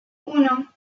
uno